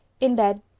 in bed.